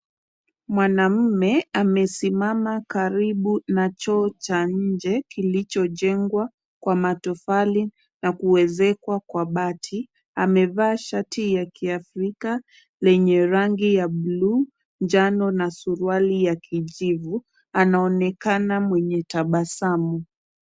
Mwanamume amesimama karibu na choo cha nje, kilichojengwa kwa matofali na kuezekwa kwa bati, amevaa shati ya kiafrika lenye rangi ya blue , njano na suruali ya kijivu. Anaonekana mwenye tabasamu.